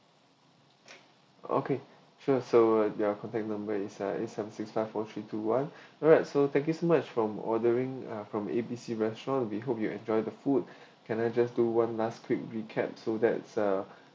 okay sure so your contact number is nine eight seven six five four three two one alright so thank you so much from ordering uh from A B C restaurant we hope you enjoy the food can I just do one last quick recap so that's uh